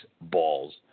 balls